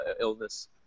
illness